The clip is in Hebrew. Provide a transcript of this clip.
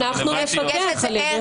ואנחנו נפקח על זה.